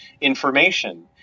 information